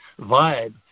vibe